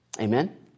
Amen